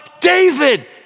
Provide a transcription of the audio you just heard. David